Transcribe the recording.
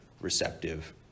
receptive